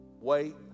wait